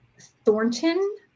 Thornton